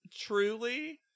truly